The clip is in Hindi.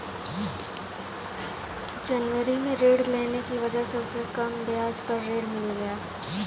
जनवरी में ऋण लेने की वजह से उसे कम ब्याज पर ऋण मिल गया